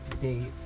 date